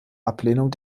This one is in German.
ablehnung